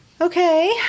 Okay